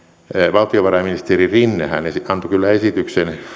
valtiovarainministeri rinnehän antoi kyllä esityksen